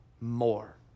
more